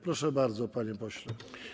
Proszę bardzo, panie pośle.